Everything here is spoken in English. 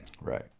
Right